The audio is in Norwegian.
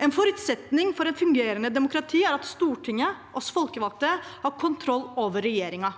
En forutsetning for et fungerende demokrati er at Stortinget – oss folkevalgte – har kontroll over regjeringen,